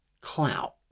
clout